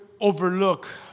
overlook